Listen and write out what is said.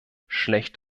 schlecht